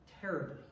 terribly